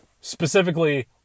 specifically